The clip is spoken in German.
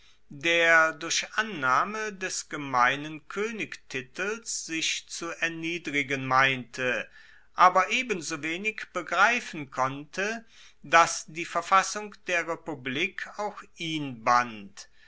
der durch annahme des gemeinen koenigtitels sich zu erniedrigen meinte aber ebensowenig begreifen konnte dass die verfassung der republik auch ihn band